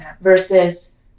versus